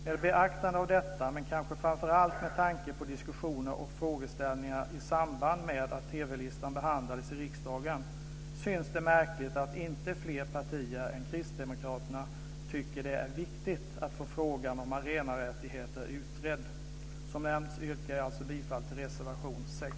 Med beaktande av detta, men kanske framför allt med tanke på diskussioner och frågeställningar i samband med att TV-listan behandlades i riksdagen, är det märkligt att inte fler partier än Kristdemokraterna tycker att det är viktigt att få frågan om arenarättigheter utredd. Jag yrkar alltså bifall till reservation 6.